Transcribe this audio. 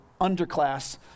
underclass